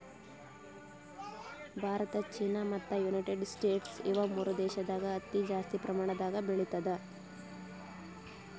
Bharat China ಮತ್ತ್ United States ಇವ್ ಮೂರ್ ದೇಶದಾಗ್ ಹತ್ತಿ ಜಾಸ್ತಿ ಪ್ರಮಾಣದಾಗ್ ಬೆಳಿತದ್